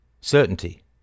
Certainty